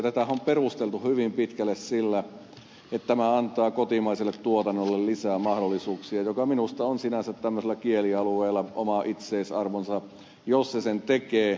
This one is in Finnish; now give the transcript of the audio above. tätähän on perusteltu hyvin pitkälle sillä että tämä antaa kotimaiselle tuotannolle lisää mahdollisuuksia mikä minusta on sinänsä tämmöisellä kielialueella oma itseisarvonsa jos se sen tekee